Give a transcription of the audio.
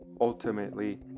Ultimately